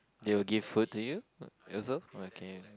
they will give food to you also okay